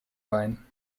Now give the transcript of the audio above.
weihen